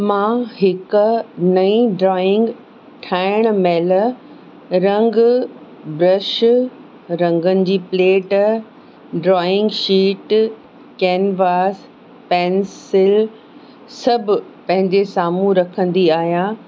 मां हिकु नई ड्रॉइंग ठाहिणु महिल रंग ब्रश रंगनि जी plate drawing sheet canvas pencil सभु पंहिंजे साम्हूं रखंदी आहियां